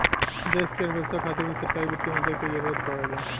देश की अर्थव्यवस्था खातिर भी सरकारी वित्तीय मदद के जरूरत परेला